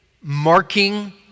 marking